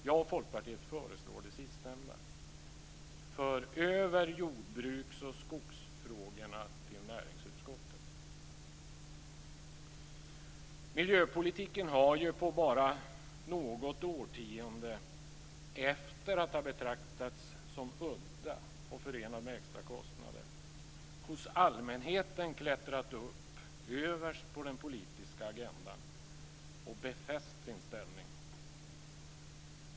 Jag och Folkpartiet föreslår det sistnämnda: För över jordbruks och skogsfrågorna till näringsutskottet! Miljöpolitiken har ju på bara något årtionde, efter att ha betraktats som udda och förenad med extra kostnader, hos allmänheten klättrat upp överst på den politiska agendan och befäst sin ställning.